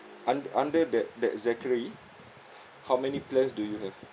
un~ under that that zachary how many plans do you have